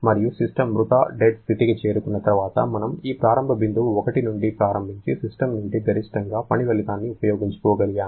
మరియు సిస్టమ్ మృతడెడ్ స్థితికి చేరుకున్న తర్వాత మనము ఈ ప్రారంభ బిందువు 1 నుండి ప్రారంభించి సిస్టమ్ నుండి గరిష్టంగా పని ఫలితాన్ని ఉపయోగించుకోగలిగాము